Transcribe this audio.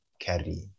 carry